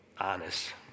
honest